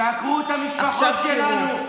כשעקרו את המשפחות שלנו,